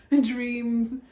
dreams